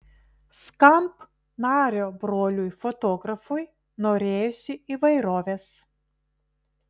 skamp nario broliui fotografui norėjosi įvairovės